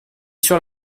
sur